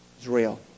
Israel